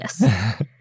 Yes